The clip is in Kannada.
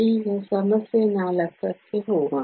ಈಗ ಸಮಸ್ಯೆ 4 ಕ್ಕೆ ಹೋಗೋಣ